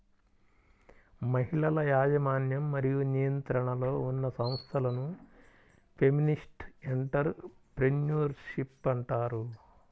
మహిళల యాజమాన్యం మరియు నియంత్రణలో ఉన్న సంస్థలను ఫెమినిస్ట్ ఎంటర్ ప్రెన్యూర్షిప్ అంటారు